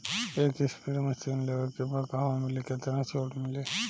एक spray machine लेवे के बा कहवा मिली केतना छूट मिली?